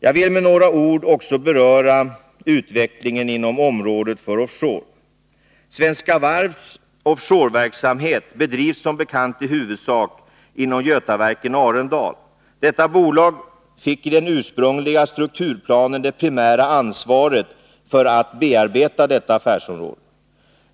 Jag vill med några ord också beröra utvecklingen inom området för offshore. Svenska Varvs offshore-verksamhet bedrivs som bekant i huvudsak inom Götaverken-Arendal. Detta bolag fick i den ursprungliga strukturplanen det primära ansvaret för att bearbeta detta affärsområde.